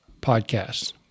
podcasts